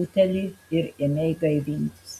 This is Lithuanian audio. butelį ir ėmei gaivintis